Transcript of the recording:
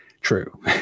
true